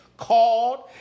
Called